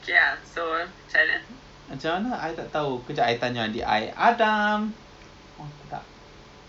so um you ada any investment you you dah buat ke or anything you nak recommend